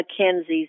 McKenzie's